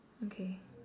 okay